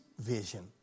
vision